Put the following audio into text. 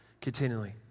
continually